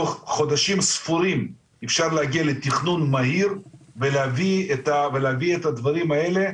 תוך חודשים ספורים אפשר להגיע לתכנון מהיר ולהביא את הדברים האלה,